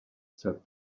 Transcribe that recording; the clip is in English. said